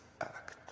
act